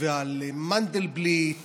ועל מנדלבליט